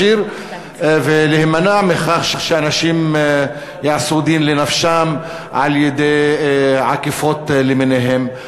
מכך שאנשים יעשו דין לנפשם על-ידי עקיפות למיניהן.